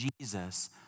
Jesus